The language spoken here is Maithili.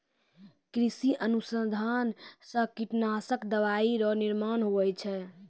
कृषि अनुसंधान से कीटनाशक दवाइ रो निर्माण हुवै छै